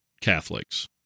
Catholics